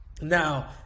Now